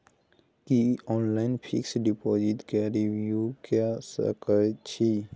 की online fix deposit के renew के सकै छी?